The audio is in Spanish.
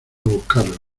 buscarlos